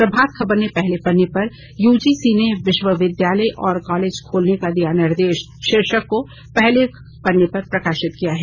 प्रभात खबर ने पहले पत्रे पर यूजीसी ने विश्वविद्यालय और कॉलेज खोलने का दिया निर्देश शीर्षक की खबर को प्रकाशित किया है